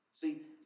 See